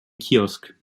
kiosk